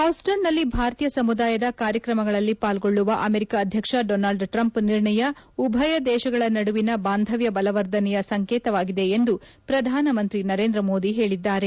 Houston ನಲ್ಲಿ ಭಾರತೀಯ ಸಮುದಾಯದ ಕಾರ್ಯಕ್ರಮದಲ್ಲಿ ಪಾಲ್ಗೊಳ್ಳುವ ಅಮೆರಿಕ ಅಧ್ಯಕ್ಷ ಡೊನಾಲ್ಡ್ ಟ್ರಂಪ್ ನಿರ್ಣಯ ಉಭಯ ದೇಶಗಳ ನಡುವಿನ ಬಾಂಧವ್ಯ ಬಲವರ್ಧನೆಯ ಸಂಕೇತವಾಗಿದೆ ಎಂದು ಪ್ರಧಾನಮಂತ್ರಿ ನರೇಂದ್ರ ಮೋದಿ ಹೇಳಿದ್ದಾರೆ